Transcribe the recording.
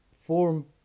form